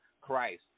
Christ